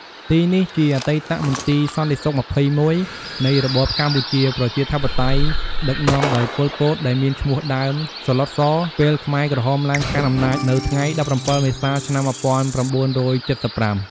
ទីនេះជាអតីតមន្ទីរសន្ដិសុខ២១ នៃរបបកម្ពុជាប្រជាធិបតេយ្យ ដឹកនាំដោយប៉ុល ពត ដែលមាន ឈ្មោះដើម សាទ្បុត ស ពេលខ្មែរក្រហមឡើងកាន់អំណាចនៅថ្ងៃ១៧ មេសា ឆ្នាំ១៩៧៥។